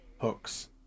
hooks